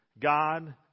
God